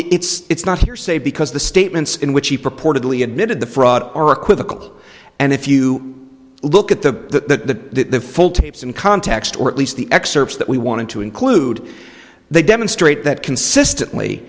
it's not hearsay because the statements in which he purportedly admitted the fraud are equivocal and if you look at the full tapes in context or at least the excerpts that we wanted to include they demonstrate that consistently